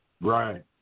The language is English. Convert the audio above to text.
Right